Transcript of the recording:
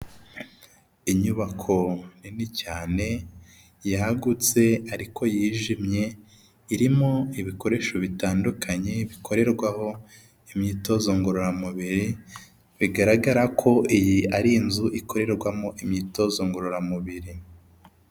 Inyubako nini cyane, yagutse ariko yijimye, irimo ibikoresho bitandukanye bikorerwaho imyitozo ngororamubiri, bigaragara ko iyi ari inzu ikorerwamo imyitozo ngororamubiri.